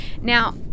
Now